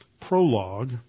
prologue